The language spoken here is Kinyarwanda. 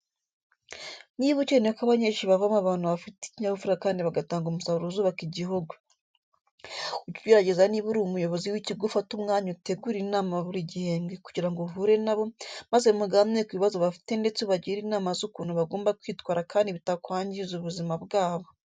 Niba ukeneye ko abanyeshuri bavamo abantu bafite ikinyabupfura kandi bagatanga umusaruro uzubaka igihugu, ujye ugerageza niba uri umuyobozi w'ikigo ufate umwanya utegure inama buri gihembwe kugira ngo uhure na bo maze muganire ku bibazo bafite ndetse ubagire inama z'ukuntu bagomba kwitwara kandi bitakwangiza ubuzima bwabo.